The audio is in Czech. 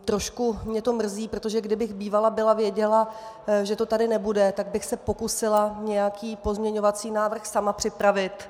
Trošku mě to mrzí, protože kdybych bývala byla věděla, že to tady nebude, tak bych se pokusila nějaký pozměňovací návrh sama připravit.